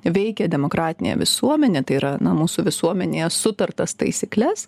veikia demokratinę visuomenę tai yra na mūsų visuomenėje sutartas taisykles